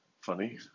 funny